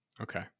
Okay